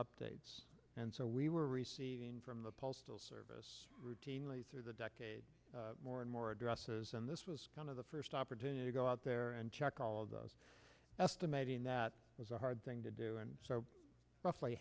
updates and so we were receiving from the postal service routinely through the decade more and more addresses and this was kind of the first opportunity to go out there and check all those estimating that was a hard thing to do and